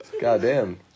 Goddamn